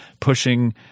pushing